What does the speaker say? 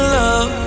love